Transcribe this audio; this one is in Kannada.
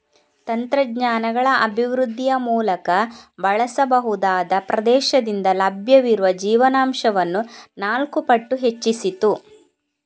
ತಂತ್ರಜ್ಞಾನಗಳ ಅಭಿವೃದ್ಧಿಯ ಮೂಲಕ ಬಳಸಬಹುದಾದ ಪ್ರದೇಶದಿಂದ ಲಭ್ಯವಿರುವ ಜೀವನಾಂಶವನ್ನು ನಾಲ್ಕು ಪಟ್ಟು ಹೆಚ್ಚಿಸಿತು